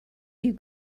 you